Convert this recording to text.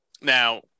Now